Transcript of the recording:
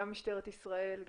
גם משטרת ישראל,